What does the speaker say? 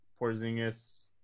Porzingis